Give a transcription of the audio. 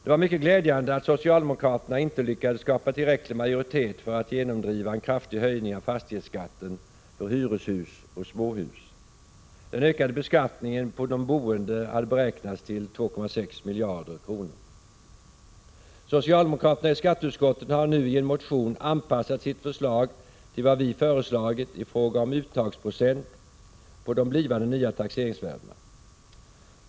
Det var mycket glädjande att socialdemokraterna inte lyckades skapa tillräcklig majoritet för att genomdriva en kraftig höjning av fastighetsskatten för hyreshus och småhus. Den ökade beskattningen för de boende hade beräknats till 2,6 miljarder kronor. Socialdemokraterna i skatteutskottet har nu i en motion anpassat sitt förslag till vad vi föreslagit i fråga om uttagsprocent på de blivande nya taxeringsvärdena.